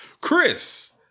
Chris